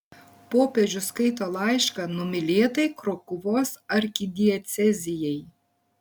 popiežius skaito laišką numylėtai krokuvos arkidiecezijai